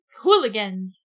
hooligans